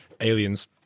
Aliens